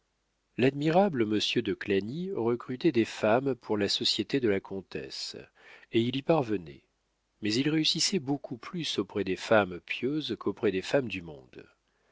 l'admirable monsieur de clagny recrutait des femmes pour la société de la comtesse et il y parvenait mais il réussissait beaucoup plus auprès des femmes pieuses qu'auprès des femmes du monde